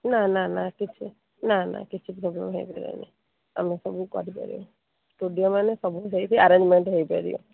ନାଁ ନାଁ ନାଁ କିଛି ନାଁ ନାଁ କିଛି ପ୍ରୋବ୍ଲେମ୍ ହୋଇପାରିବନି ଆମେ ସବୁ କରି ପାରିବୁ ଷ୍ଟୁଡିଓ ମାନେ ସବୁ ସେଇଠି ଆରେଞ୍ଜମେଣ୍ଟ୍ ହୋଇପାରିବ